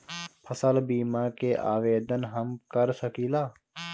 फसल बीमा के आवेदन हम कर सकिला?